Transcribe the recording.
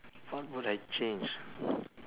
what would I change